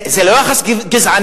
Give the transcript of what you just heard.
זה לא יחס גזעני.